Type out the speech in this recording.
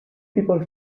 people